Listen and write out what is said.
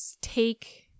take